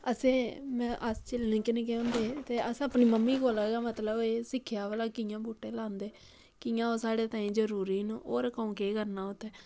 असें अस जिसलै निक्के निक्के होंदे हे ते अस अपनी मम्मी कोला गै मतलब ऐ सिक्खेआ भलां कियां बूह्टे लांदे ने ते कियां ओह् साढ़े ताईं जरूरी न होर कोऊं केह् करना उत्थै